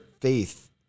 faith